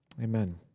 amen